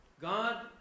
God